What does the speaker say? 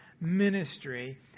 ministry